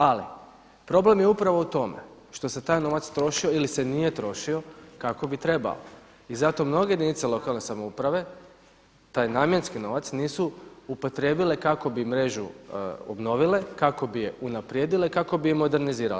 Ali problem je upravo u tome što se taj novac trošio ili se nije trošio kako bi trebao i zato mnoge jedinice lokalne samouprave taj namjenski novac nisu upotrebile kako bi mrežu obnovile kako bi je unaprijedile kako bi ju modernizirale.